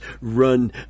run